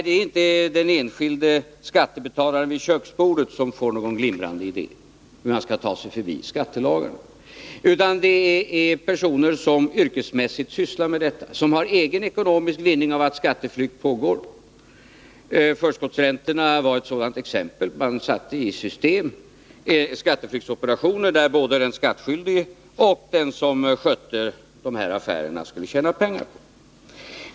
Det är inte den enskilde skattebetalaren som vid köksbordet får någon glimrande idé om hur han skall kunna kringgå skattelagarna, utan det är fråga om personer som yrkesmässigt sysslar med sådan verksamhet och som har egen ekonomisk vinning av att skatteflykt pågår. Förskottsräntorna var ett exempel på det. Man satte i system skatteflyktsoperationer som både den skattskyldige och den som skötte dessa affärer skulle tjäna pengar på.